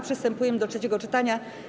Przystępujemy do trzeciego czytania.